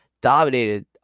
dominated